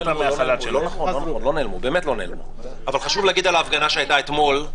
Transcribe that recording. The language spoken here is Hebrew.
חשוב להגיד על ההפגנה שהיתה אתמול.